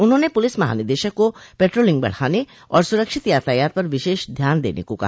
उन्होंने पुलिस महानिदेशक को पेट्रोलिंग बढ़ाने और सुरक्षित यातायात पर विशेष ध्यान देने को कहा